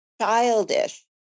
childish